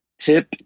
Tip